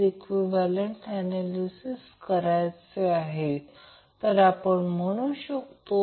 तर हे line to line voltage आहे आणि हे लाईन टू न्यूट्रल आहे ज्याला आपण फेज व्होल्टेज म्हणतो